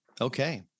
Okay